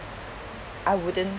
I wouldn't